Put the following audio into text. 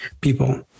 people